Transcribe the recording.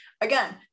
again